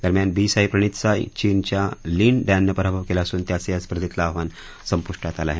दरम्यान बी साई प्रणीतचा चीनच्या लीन डॅननं पराभव केला असून त्याचं या स्पर्धेतलं आव्हान संपूष्टात आलं आहे